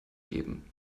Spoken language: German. geben